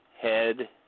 Head